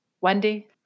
Wendy